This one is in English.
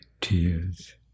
tears